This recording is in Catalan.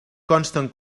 consten